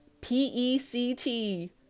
P-E-C-T